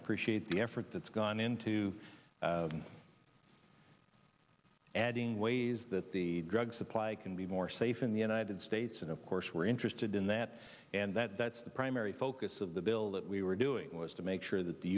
appreciate the effort that's gone into adding ways that the drug supply can be more safe in the united states and of course we're interested in that and that's the primary focus of the bill that we were doing was to make sure that the